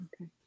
Okay